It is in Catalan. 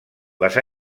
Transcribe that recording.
les